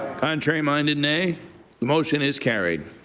contrary-minded nay? the motion is carried.